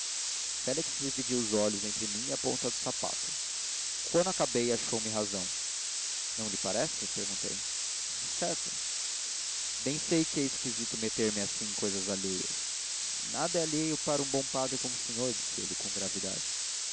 félix dividia os olhos entre mim e a ponta do sapato quando acabei achou me razão não lhe parece perguntei decerto bem sei que é esquisito meter-me assim em cousas alheias nada é alheio para um bom padre como o senhor disse ele com gravidade